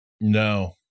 No